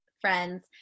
friends